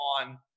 on